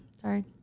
Sorry